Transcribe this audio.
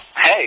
Hey